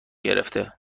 گرفته